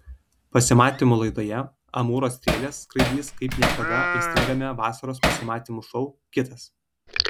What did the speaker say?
pasimatymų laidoje amūro strėlės skraidys kaip niekada aistringame vasaros pasimatymų šou kitas